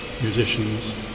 musicians